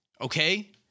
Okay